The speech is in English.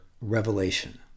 revelation